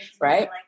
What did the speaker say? right